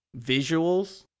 visuals